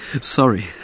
sorry